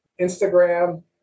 Instagram